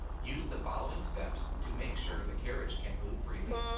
use the following steps to make sure the carriage can move freely.